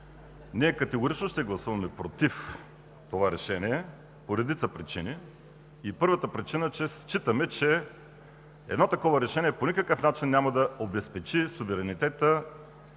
Ние категорично ще гласуваме „против“ това решение по редица причини. Първата причина, е, че считаме, че едно такова решение по никакъв начин няма да обезпечи суверенитета